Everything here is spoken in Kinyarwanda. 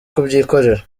kubyikorera